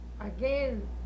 again